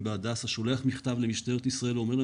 בהדסה שולח מכתב למשטרת ישראל ואומר לה,